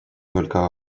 только